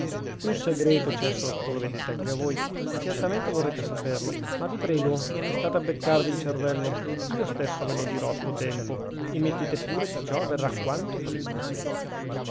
un segreto c'è sotto lo vedete anche voi e certamente vorrete saperlo ma vi prego non istate a beccarvi il cervello io stesso ve lo dirò a suo tempo e mettete pure che ciò avverrà quanto prima